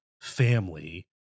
family